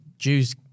Jews